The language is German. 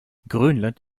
grönland